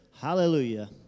hallelujah